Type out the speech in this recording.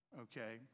Okay